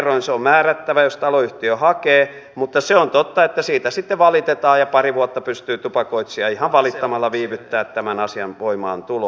se on määrättävä jos taloyhtiö hakee mutta se on totta että siitä sitten valitetaan ja pari vuotta pystyy tupakoitsija ihan valittamalla viivyttämään tämän asian voimaantuloa